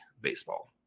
Baseball